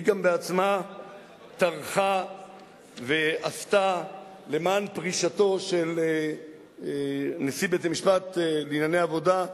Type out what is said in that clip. היא גם בעצמה טרחה ועשתה למען פרישתו של נשיא בית-המשפט לענייני עבודה,